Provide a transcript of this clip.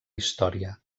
història